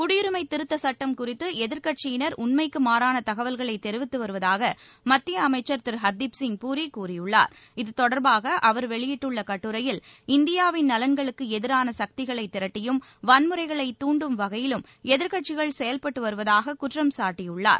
குடியரிமை திருத்த சட்டம் குறித்து எதிர்கட்சியினர் உண்மைக்கு மாறான தகவல்களை தெரிவித்து வருவதாக மத்திய அமைச்சர் இத்தொடர்பாக அவர் வெளியிட்டுள்ள கட்டுரையில் இந்தியாவின் நலன்களுக்கு எதிரான சக்திகளை திரட்டியும் வன்முறைகளை தூண்டும் வகையிலும் எதிர்கட்சிகள் செயல்பட்டு வருவதாக குற்றம்சாட்டியுள்ளார்